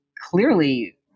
clearly